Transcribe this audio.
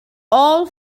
all